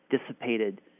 dissipated